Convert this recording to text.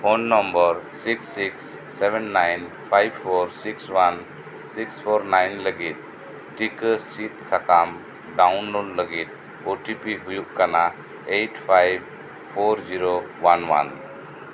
phone number six six seven nine five four six one six four nine ᱞᱟᱹᱜᱤᱫ ᱴᱤᱠᱟᱹ ᱥᱤᱫ ᱥᱟᱠᱟᱢ download ᱞᱟᱹᱜᱤᱫ ᱳ ᱴᱤ ᱯᱤ ᱦᱩᱭᱩᱜ ᱠᱟᱱᱟ eight five four zero one one